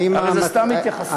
הרי זו סתם התייחסות,